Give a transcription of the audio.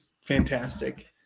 fantastic